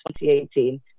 2018